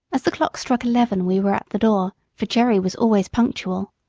as the clock struck eleven we were at the door, for jerry was always punctual.